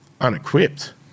unequipped